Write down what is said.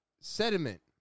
sediment